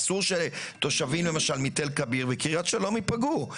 אסור שתושבים, למשל, מתל כביר ומקרית שלום יפגעו.